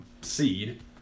seed